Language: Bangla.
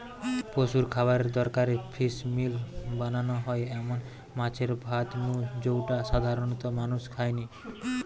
পশুর খাবারের দরকারে ফিসমিল বানানা হয় এমন মাছের জাত নু জউটা সাধারণত মানুষ খায়নি